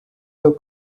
have